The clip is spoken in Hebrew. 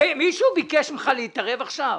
מישהו ביקש ממך להתערב עכשיו?